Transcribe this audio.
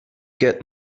get